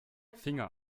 finger